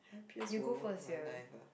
happiest moment of my life ah